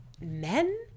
men